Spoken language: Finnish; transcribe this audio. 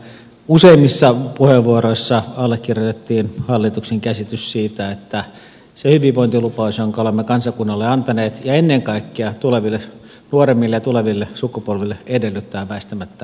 täällä useimmissa puheenvuoroissa allekirjoitettiin hallituksen käsitys siitä että se hyvinvointilupaus jonka olemme kansakunnalle antaneet ja ennen kaikkea nuoremmille ja tuleville sukupolville edellyttää väistämättä kasvua